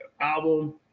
album